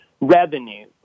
revenue